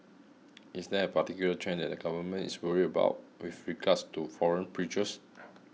is there a particular trend that the Government is worried about with regards to foreign preachers